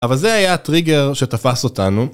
אבל זה היה הטריגר שתפס אותנו